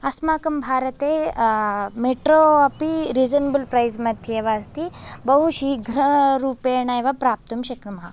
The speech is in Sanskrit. अस्माकं भारते मेट्रो अपि रिसनेबल् प्रैस् मध्ये एव अस्ति बहु शीघ्ररूपेण एव प्राप्तुं शक्नुमः